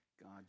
God